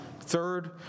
third